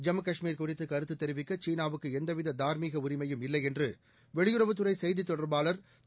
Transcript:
ஜம்மு காஷ்மீர் குறித்து கருத்து தெரிவிக்க சீனாவுக்கு எந்தவித தார்மீக உரிமையும் இல்லை என்று வெளியுறவுத்துறை செய்தி தொடர்பாளர் திரு